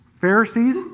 Pharisees